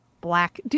Black